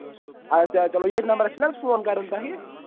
اَچھا چلو ییتھۍ نَمرَس چھُنہ حظ فون کَرُن تۄہہِ